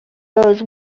goes